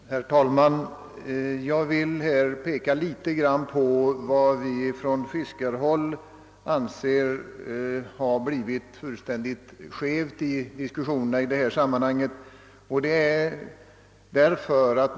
Herr talman! Jag vill peka på vad vi på fiskarhåll menar har blivit fullständigt skevt i diskussionerna i detta sammanhang.